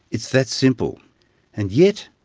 it's that simple and yet,